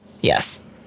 yes